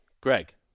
Greg